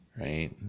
Right